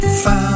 found